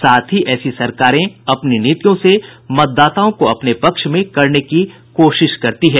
साथ ही ऐसी सरकारें अपनी नीतियों से मतदाताओं को अपने पक्ष में करने की कोशिश करती हैं